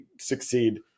succeed